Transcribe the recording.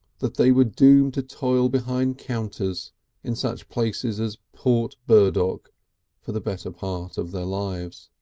that they were doomed to toil behind counters in such places as port burdock for the better part of their lives.